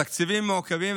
התקציבים מעוכבים,